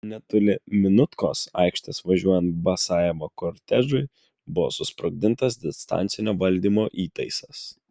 netoli minutkos aikštės važiuojant basajevo kortežui buvo susprogdintas distancinio valdymo įtaisas